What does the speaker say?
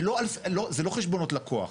זה לא חשבונות לקוח.